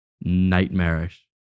nightmarish